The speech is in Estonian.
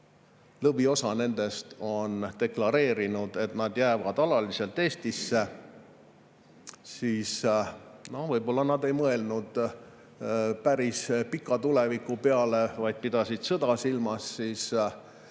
lõviosa nendest on deklareerinud, et nad jäävad alaliselt Eestisse – võib-olla nad ei mõelnud päris pika tuleviku peale, vaid pidasid sõda silmas –,